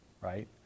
right